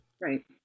right